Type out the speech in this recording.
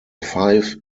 five